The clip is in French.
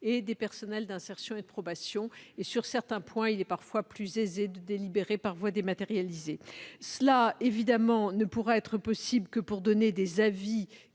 et des personnels d'insertion et de probation. Sur certains points, il est parfois plus aisé de délibérer par voie dématérialisée. Bien évidemment, cela ne pourra être possible que pour donner des avis